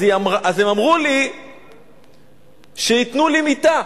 אז הם אמרו לי שייתנו לי מיטה.